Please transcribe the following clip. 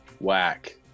whack